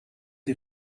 die